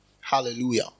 Hallelujah